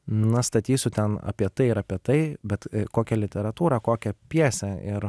na statysiu ten apie tai ir apie tai bet kokią literatūrą kokią pjesę ir